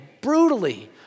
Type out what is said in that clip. brutally